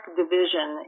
division